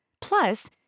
Plus